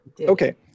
Okay